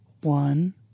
one